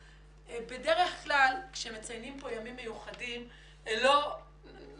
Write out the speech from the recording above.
בדרך כלל כאשר מציינים כאן ימים מיוחדים נוהגים